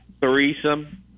threesome